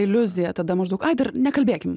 iliuzija tada maždaug ai dar nekalbėkim